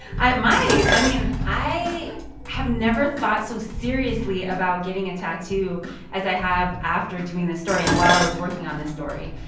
i might. i mean, i have never thought so seriously about getting a tattoo as i have after doing this story and while i was working on this story.